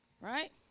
Right